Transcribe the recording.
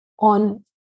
On